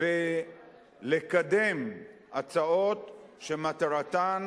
ולקדם הצעות שמטרתן